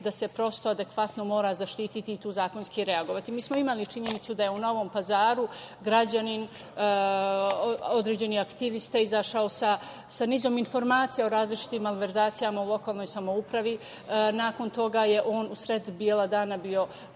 da se, prosto, adekvatno mora zaštiti i tu zakonski reagovati. Mi smo imali činjenicu da je u Novom Pazaru građanin, određeni aktivista, izašao sa nizom informacija o različitim malverzacijama u lokalnoj samoupravi. Nakon toga je on u sred bela dana bio